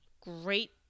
great